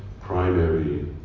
primary